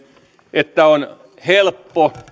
että on helppoa